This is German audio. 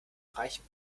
reichen